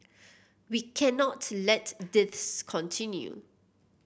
we cannot let this continue